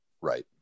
Right